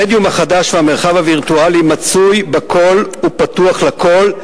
המדיום החדש והמרחב הווירטואלי מצוי בכול ופתוח לכול,